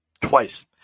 Twice